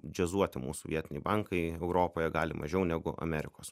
džiazuoti mūsų vietiniai bankai europoje gali mažiau negu amerikos